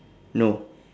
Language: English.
no